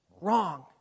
wrong